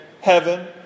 heaven